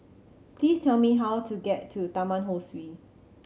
please tell me how to get to Taman Ho Swee